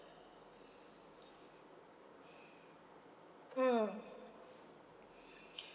mm